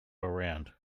around